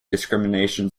discrimination